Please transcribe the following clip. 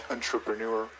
Entrepreneur